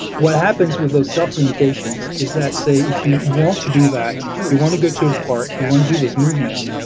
what happens with those self limitations is that say if you want to do that. if you want to go to a park. you want to do those movements,